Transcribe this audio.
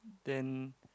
then